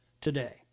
today